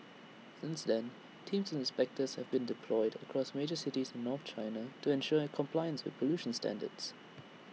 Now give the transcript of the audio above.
since then teams of inspectors have been deployed across major cities north China to ensure compliance with pollution standards